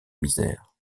misère